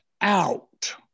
out